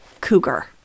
Cougar